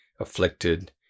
afflicted